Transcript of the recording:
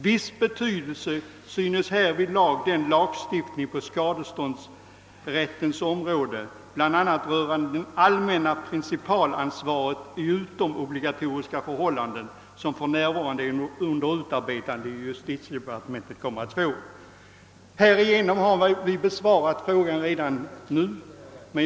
Viss betydelse synes härvidlag den lagstiftning på skadeståndsrättens område, bland annat rörande det allmänna principalansvaret i utomobligatoriska förhållanden, som för närvarande är under utarbetande i justitiedepartementet, komma att få.» Härigenom är frågan redan besvarad.